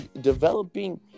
developing